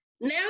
Now